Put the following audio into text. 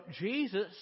Jesus